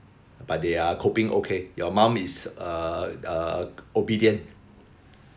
but they are coping okay your mum is uh uh obedient